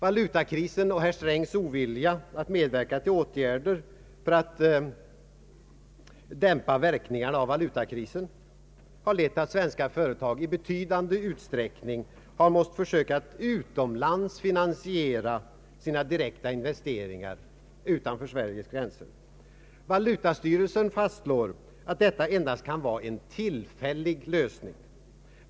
Valutakrisen och herr Strängs ovilja att medverka till åtgärder för att dämpa verkningarna av den har lett till att svenska företag i be tydande utsträckning måste försöka att finansiera sina direkta investeringar utomlands. Valutastyrelsen fastslår att detta endast kan vara en tillfällig lösning.